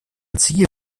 sie